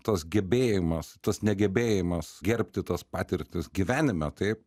tas gebėjimas tas negebėjimas gerbti tas patirtis gyvenime taip